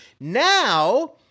Now